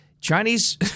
Chinese